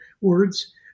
words